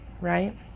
right